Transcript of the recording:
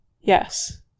Yes